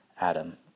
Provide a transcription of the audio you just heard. Adam